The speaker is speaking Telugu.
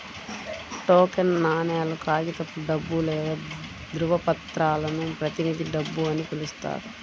టోకెన్ నాణేలు, కాగితపు డబ్బు లేదా ధ్రువపత్రాలను ప్రతినిధి డబ్బు అని పిలుస్తారు